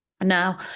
now